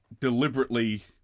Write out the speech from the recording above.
deliberately